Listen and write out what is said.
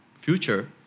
future